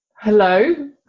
Hello